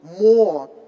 more